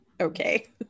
Okay